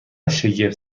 شگفت